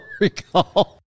recall